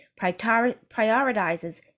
prioritizes